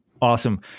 Awesome